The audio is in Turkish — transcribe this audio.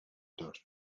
dört